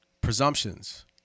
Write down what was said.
Presumptions